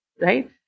right